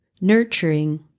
Nurturing